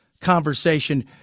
conversation